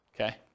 okay